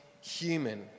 human